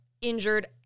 injured